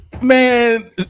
man